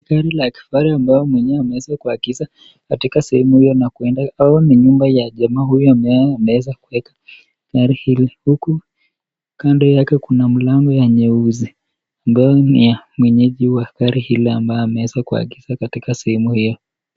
...wale ambao wenyewe wameweza kuegesha katika sehemu hii na kuenda au ni nyumba ya jama huyu anaweza kuweka gari hili huku kando yake kuna mlango ya nyeusi ambalo ni ya mwenyeji wa hii gari ambao amweza kuagesha katika sehemu hii.